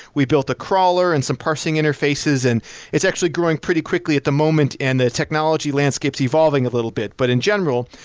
we built a crawler and some parsing interfaces and it's actually growing pretty quickly at the moment and the technology landscape is evolving a little bit. but in general,